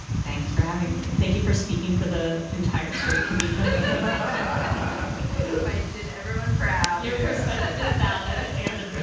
thanks for having me thank you for speaking for the entire state. i did everyone proud your perspective is valid and